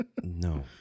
No